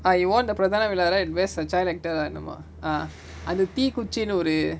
I won the பிரதான வேல:pirathana vela right mash the child actor என்னமோ:ennamo ah அந்த தீ குச்சில ஒரு:antha thee kuchila oru